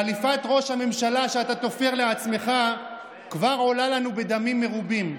חליפת ראש הממשלה שאתה תופר לעצמך כבר עולה לנו בדמים מרובים.